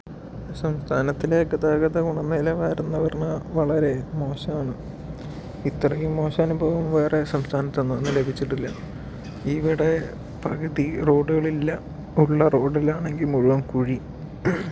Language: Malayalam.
സംസ്ഥാനത്തിലെ ഗതാഗത ഗുണനിലവാരം എന്ന് പറഞ്ഞാൽ വളരെ മോശമാണ് ഇത്രയും മോശം അനുഭവം വേറെ സംസ്ഥാനത്ത് നിന്ന് ലഭിച്ചിട്ടില്ല ഇവിടെ പകുതി റോഡുകളില്ല ഉള്ള റോഡിലാണെങ്കിൽ മുഴുവൻ കുഴി